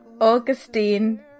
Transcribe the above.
Augustine